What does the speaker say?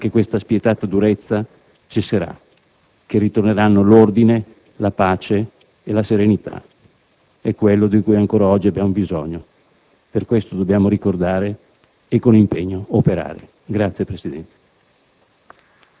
che anche questa spietata durezza cesserà, che ritorneranno l'ordine, la pace e la serenità». È quello di cui ancora oggi abbiamo bisogno. Per questo dobbiamo ricordare e con impegno operare. *(Applausi dei